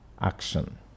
action